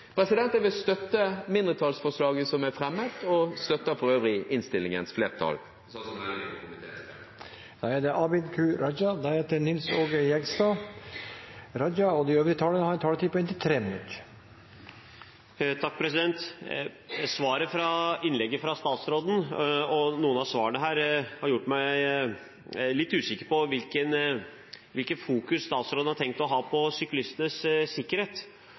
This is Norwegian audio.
er fremmet, og vi støtter for øvrig flertallsinnstillingen slik den foreligger. De talere som heretter får ordet, har en taletid på inntil 3 minutter. Innlegget fra statsråden – og noen av svarene her – har gjort meg litt usikker på hvilket fokus statsråden har tenkt å ha på syklistenes sikkerhet,